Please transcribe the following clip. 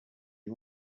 you